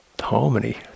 harmony